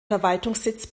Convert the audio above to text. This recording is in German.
verwaltungssitz